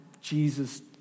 Jesus